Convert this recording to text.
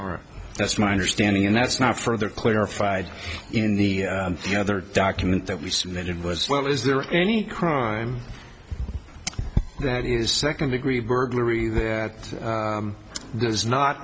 or that's my understanding and that's not further clarified in the the other document that we submitted was well is there any crime that is second degree burglary that does not